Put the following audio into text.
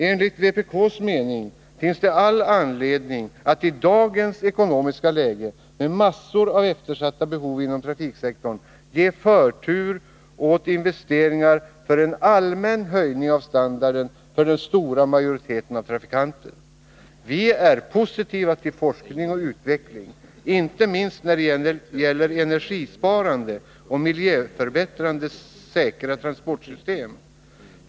Enligt vpk:s mening finns det all anledning att i dagens ekonomiska läge med massor av eftersatta behov inom trafiksektorn ge förtur åt investeringar för en allmän höjning av standarden för den stora majoriteten av trafikanter. Vi är positiva till forskning och utveckling — inte minst när det gäller energisparande och miljöförbättrande säkra transportsystem.